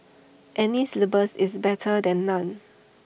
any syllabus is better than none